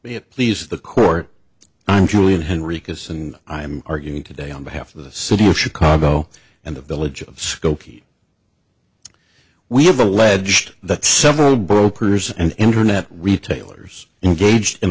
it please the court i'm julian henriques and i am arguing today on behalf of the city of chicago and the village of skokie we have alleged that several brokers and internet retailers engaged in